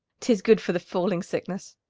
tis good for the falling-sickness.